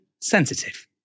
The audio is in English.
sensitive